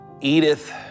Edith